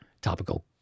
topical